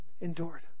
Endured